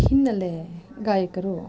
ಹಿನ್ನೆಲೆ ಗಾಯಕರು